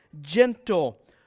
gentle